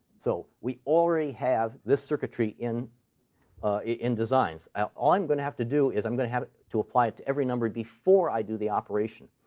so we already have this circuitry in in designs. all i'm going to have to do is i'm going to have to apply it to every number before i do the operation.